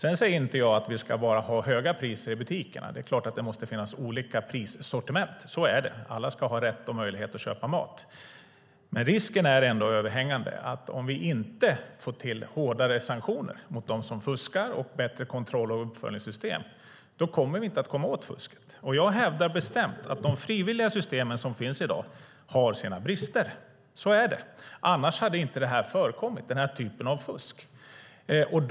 Jag säger inte att vi ska ha höga priser i butikerna. Det är klart att det måste finnas olika prissortiment - så är det. Alla ska ha rätt och möjlighet att köpa mat. Men risken är ändå överhängande att om vi inte får till hårdare sanktioner mot dem som fuskar och bättre kontroll och uppföljningssystem, då kommer vi inte åt fusket. Jag hävdar bestämt att de frivilliga system som finns i dag har sina brister - så är det. Annars hade inte den här typen av fusk förekommit.